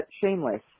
shameless